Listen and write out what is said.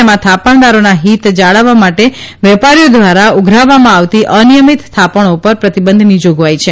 તેમાં થાપણદારોનાં ફીત જાળવવા માટે વેપારીઓ દ્વારા ઉઘરાવવામાં આવતી અનિયમિત થાપણો પર પ્રતિબંધની જાગવાઇ છે